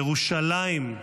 ירושלים,